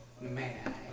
man